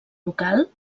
local